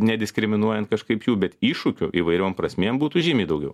nediskriminuojant kažkaip jų bet iššūkio įvairiom prasmėm būtų žymiai daugiau